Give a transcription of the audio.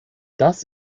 das